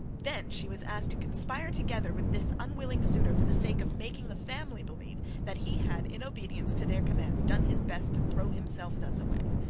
then she was asked to conspire together with this unwilling suitor, for the sake of making the family believe that he had in obedience to their commands done his best to throw himself thus away!